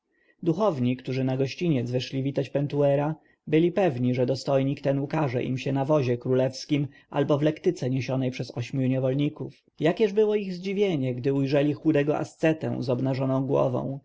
duchowni którzy na gościniec wyszli witać pentuera byli pewni że dostojnik ten ukaże im się na wozie dworskim albo w lektyce niesionej przez ośmiu niewolników jakież było ich zdziwienie gdy ujrzeli chudego ascetę z obnażoną głową